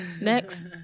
next